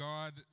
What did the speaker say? God